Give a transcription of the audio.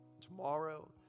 tomorrow